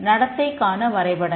நடத்தைக்கான வரைபடங்கள்